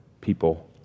people